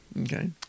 okay